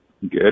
Good